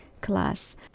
class